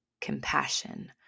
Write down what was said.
compassion